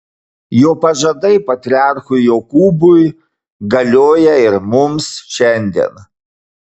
jo pažadai patriarchui jokūbui galioja ir mums šiandien